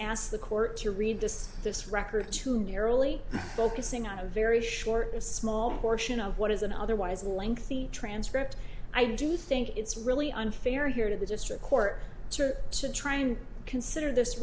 asked the court to read this this record too narrowly focusing on a very short is small portion of what is an otherwise lengthy transcript i do think it's really unfair here to the district court to trying to consider this